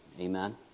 Amen